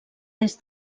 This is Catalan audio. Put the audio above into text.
des